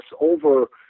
over